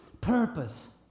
purpose